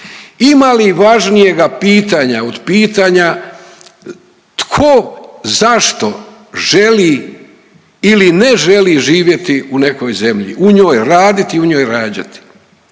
Ima li važnijeg pitanja od pitanja tko, zašto želi ili ne želi živjeti u nekoj zemlji, u njoj raditi i u njoj rađati,